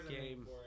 game